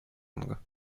конго